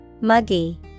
muggy